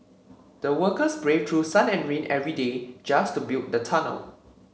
the workers braved through sun and rain every day just to build the tunnel